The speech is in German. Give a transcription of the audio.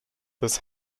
das